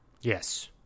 Yes